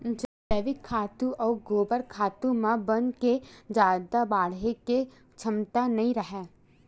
जइविक खातू अउ गोबर खातू म बन के जादा बाड़हे के छमता नइ राहय